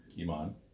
Iman